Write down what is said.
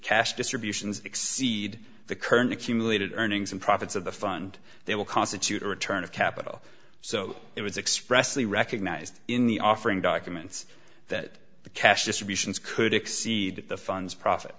cash distributions exceed the current accumulated earnings and profits of the fund they will constitute a return of capital so it was expressly recognized in the offering documents that the cash distributions could exceed the funds profit